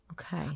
Okay